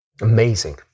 Amazing